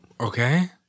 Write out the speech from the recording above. okay